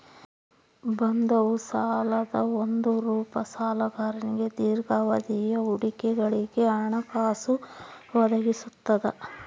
ಬಂಧವು ಸಾಲದ ಒಂದು ರೂಪ ಸಾಲಗಾರನಿಗೆ ದೀರ್ಘಾವಧಿಯ ಹೂಡಿಕೆಗಳಿಗೆ ಹಣಕಾಸು ಒದಗಿಸ್ತದ